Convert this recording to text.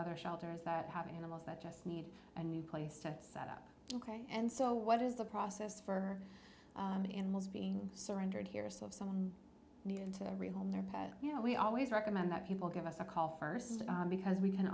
other shelters that have animals that just need a new place to set up and so what is the process for being surrendered here so if someone needed to every home their pet you know we always recommend that people give us a call first because we can